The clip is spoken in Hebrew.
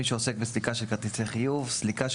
- מי שעוסק בסליקה של כרטיסי חיוב; "סליקה",